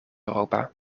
europa